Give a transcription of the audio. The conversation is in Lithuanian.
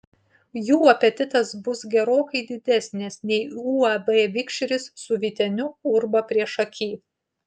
jų apetitas bus gerokai didesnis nei uab vikšris su vyteniu urba priešaky